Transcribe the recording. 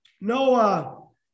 no